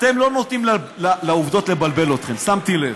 אתם לא נותנים לעובדות לבלבל אתכם, שמתי לב.